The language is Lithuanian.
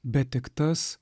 bet tik tas